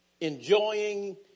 Enjoying